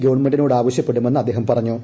ഗവൺമെന്റിനോട് ആവശ്യപ്പെടുമെന്ന് അദ്ദേഹം പറഞ്ഞു